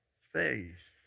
faith